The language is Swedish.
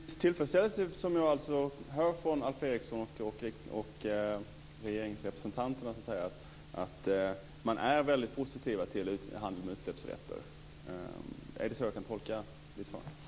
Herr talman! Det är med viss tillfredsställelse som jag hör från Alf Eriksson och regeringsrepresentanterna att man är positiv till handel med utsläppsrätter. Är det så jag kan tolka Alf Erikssons svar?